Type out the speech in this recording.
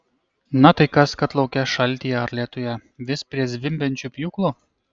na tai kas kad lauke šaltyje ar lietuje vis prie zvimbiančių pjūklų